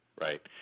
right